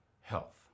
health